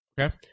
Okay